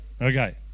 Okay